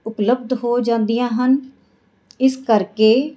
ਉਪਲਬਧ ਹੋ ਜਾਂਦੀਆਂ ਹਨ ਇਸ ਕਰਕੇ